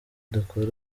dukore